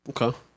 Okay